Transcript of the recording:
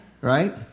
Right